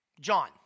John